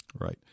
Right